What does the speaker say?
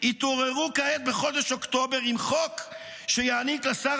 התעוררו כעת בחודש אוקטובר עם חוק שיעניק לשר